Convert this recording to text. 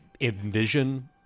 envision